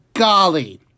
Golly